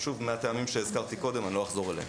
שוב, מהטעמים שהזכרתי קודם, לא אחזור עליהם.